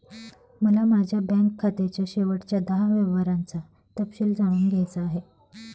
मला माझ्या बँक खात्याच्या शेवटच्या दहा व्यवहारांचा तपशील जाणून घ्यायचा आहे